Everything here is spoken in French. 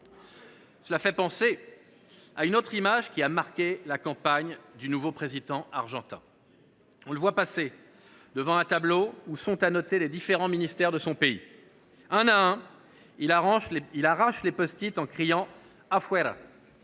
Cela me fait penser à une autre image qui a marqué la campagne du nouveau président argentin. On le voit passer devant un tableau où sont annotés les différents ministères de son pays. Un à un, il arrache les en criant :«»,